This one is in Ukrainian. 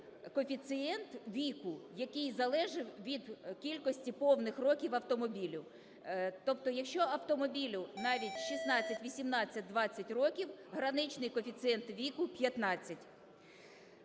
коефіцієнт віку, який залежав від кількості повних років автомобілю. Тобто, якщо автомобілю навіть 16, 18, 20 років, граничний коефіцієнт віку – 15.